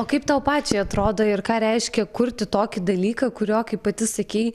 o kaip tau pačiai atrodo ir ką reiškia kurti tokį dalyką kurio kaip pati sakei